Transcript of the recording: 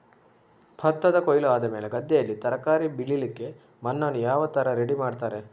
ಭತ್ತದ ಕೊಯ್ಲು ಆದಮೇಲೆ ಗದ್ದೆಯಲ್ಲಿ ತರಕಾರಿ ಬೆಳಿಲಿಕ್ಕೆ ಮಣ್ಣನ್ನು ಯಾವ ತರ ರೆಡಿ ಮಾಡ್ತಾರೆ?